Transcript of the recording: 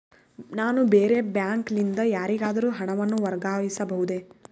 ನಾನು ಬೇರೆ ಬ್ಯಾಂಕ್ ಲಿಂದ ಯಾರಿಗಾದರೂ ಹಣವನ್ನು ವರ್ಗಾಯಿಸಬಹುದೇ?